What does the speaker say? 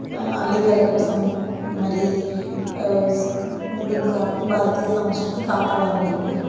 అల్లికల కోసం మరి ఉంటుంది కాబట్టి భారతీయ సంస్కృతి కాపాడాలని అనుకుంటున్నాము